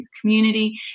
community